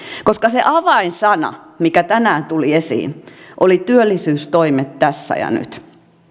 koska se avainsana mikä tänään tuli esiin oli työllisyystoimet tässä ja nyt